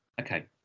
Okay